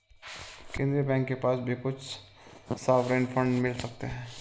केन्द्रीय बैंक के पास भी कुछ सॉवरेन फंड मिल सकते हैं